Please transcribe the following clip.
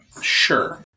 Sure